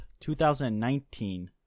2019